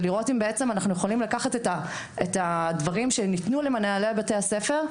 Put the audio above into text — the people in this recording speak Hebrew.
ולראות אם אנחנו יכולים לקחת את הדברים שניתנו למנהלי בתי הספר,